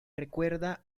recuerda